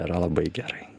yra labai gerai